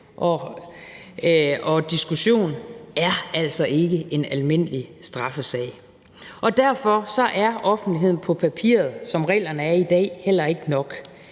og diskussion, er altså ikke en almindelig straffesag. Derfor er offentligheden på papiret, som reglerne er i dag, heller ikke nok.